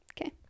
Okay